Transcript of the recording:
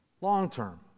Long-term